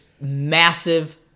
massive